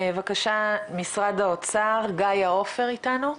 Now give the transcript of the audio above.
בבקשה, משרד האוצר, גאיה עופר איתנו,